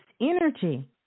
energy